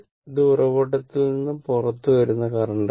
ഇത് ഉറവിടത്തിൽ നിന്ന് പുറത്തുവരുന്ന കറന്റാണ്